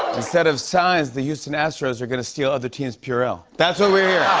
instead of signs, the houston astros are gonna steal other teams' purell. that's what we're